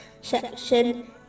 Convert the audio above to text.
section